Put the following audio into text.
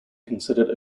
considered